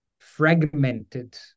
fragmented